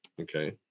Okay